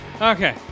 Okay